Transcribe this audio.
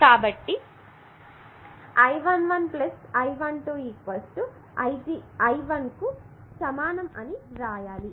కాబట్టి I11 I12 I1 కి సమానం అని వ్రాయాలి